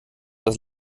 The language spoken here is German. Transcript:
das